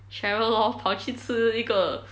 cheryl lor 跑去吃一个